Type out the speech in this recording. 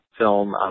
film